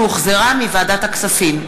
שהחזירה ועדת הכספים.